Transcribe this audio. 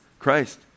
Christ